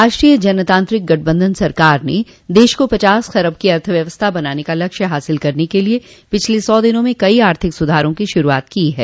राष्ट्रीय जनतांत्रिक गठबंधन सरकार ने देश को पचास खरब की अर्थव्यवस्था बनाने का लक्ष्य हासिल करने के लिए पिछले सौ दिनों में कई आर्थिक सुधारों की शुरूआत की है